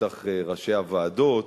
בטח ראשי הוועדות,